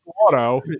Auto